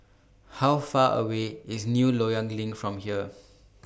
How Far away IS New Loyang LINK from here